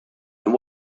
and